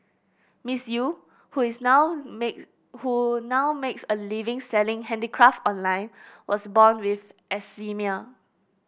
Miss Eu who is now make who now makes a living selling handicraft online was born with eczema